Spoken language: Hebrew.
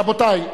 רבותי,